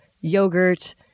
yogurt